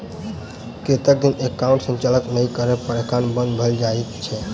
कतेक दिन एकाउंटक संचालन नहि करै पर एकाउन्ट बन्द भऽ जाइत छैक?